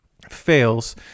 fails